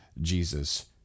Jesus